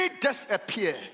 disappear